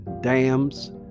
dams